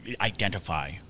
identify